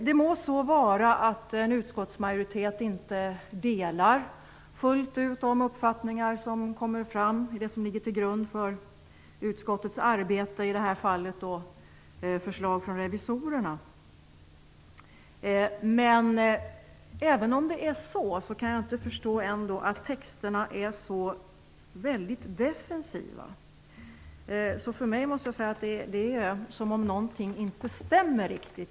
Det må så vara att en utskottsmajoritet inte fullt ut delar de uppfattningar som kommer fram i det som ligger till grund för utskottets arbete, i det här fallet förslag från revisorerna. Men jag kan ändå inte förstå att texterna är så väldigt defensiva. För mig känns det som om något inte riktigt stämmer.